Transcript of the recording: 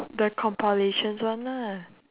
the compilations one lah